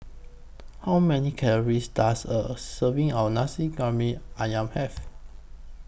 How Many Calories Does A Serving of Nasi Briyani Ayam Have